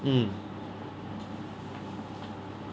mm